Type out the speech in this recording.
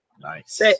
Nice